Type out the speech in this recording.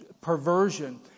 perversion